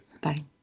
Bye